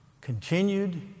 continued